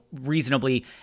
reasonably